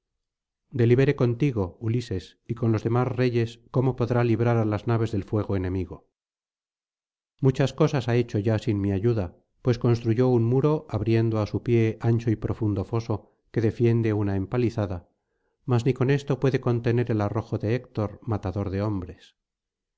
delibere contigo ulises y con los demás reyes cómo podrá librar á las naves del fuego enemigo muchas cosas ha hecho ya sin mi ayuda pues construyó un muro abriendo á su pie ancho y profundo foso que defiende una empalizada mas ni con esto puede contener el arrojo de héctor matador de hombres